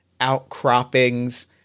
outcroppings